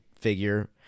figure